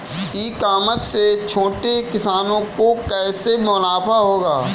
ई commerce से छोटे किसानों को कैसे मुनाफा होगा?